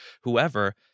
whoever